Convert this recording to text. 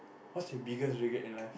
what's your biggest regret in life